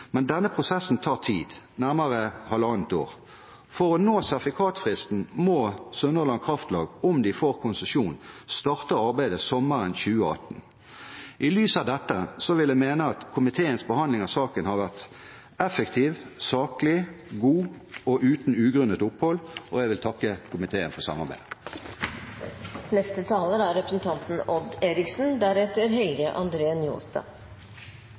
men denne prosessen tar tid – nærmere halvannet år. For å nå sertifikatfristen må Sunnhordland Kraftlag, om de får konsesjon, starte arbeidet sommeren 2018. I lys av dette vil jeg mene at komiteens behandling av saken har vært effektiv, saklig, god og uten ugrunnet opphold, og jeg vil takke komiteen for samarbeidet. Jeg vil også takke sakens ordfører for en rask og god saksbehandling. Det er